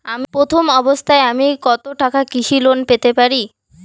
প্রথম অবস্থায় আমি কত টাকা কৃষি লোন পেতে পারি?